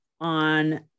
on